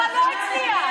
אבל לא הצליח.